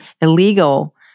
illegal